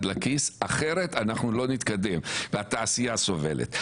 לכיס אחרת אנחנו לא נתקדם והתעשייה סובלת.